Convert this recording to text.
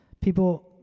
People